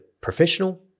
professional